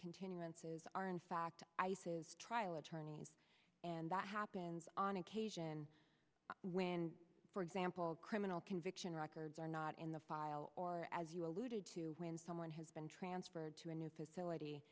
continuances are in fact ice's trial attorneys and that happens on occasion when for example criminal conviction records are not in the file or as you alluded to when someone has been transferred to a new facility